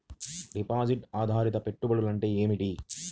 Deposit ఆధారిత పెట్టుబడులు అంటే ఏమిటి?